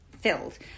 filled